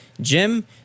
Jim